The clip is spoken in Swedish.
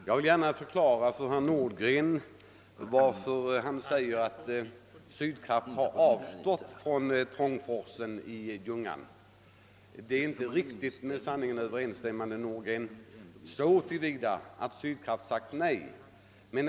Jag vill gärna förklara sammanhanget för herr Nordgren som påstår att Sydkraft har avstått från Trångforsen i Ljungan. Det är inte riktigt med sanningen överensstämmande, herr Nordgren, men det är korrekt så till vida att Sydkraft tills vidare sagt nej.